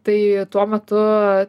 tai tuo metu